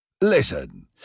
Listen